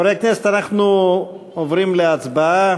חברי הכנסת, אנחנו עוברים להצבעה.